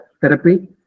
therapy